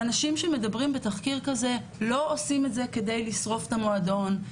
ואנשים שמדברים בתחקיר כזה לא עושים את זה כדי לשרוף את המועדון,